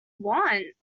want